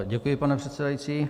Děkuji, pane předsedající.